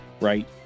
right